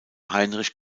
heinrich